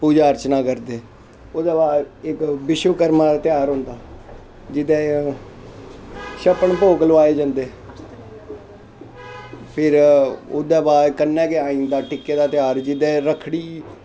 पूज़ा अर्चना करदे ओह्दै बाद इक बिश्नकर्मा दा तेहार होंदा जेह्दै च छप्पन भोग लोआए जंदे फिर ओह्दै बाद कन्नै गै आई जंदा टिक्कै दा तेहारजेह्दै च रक्खड़ी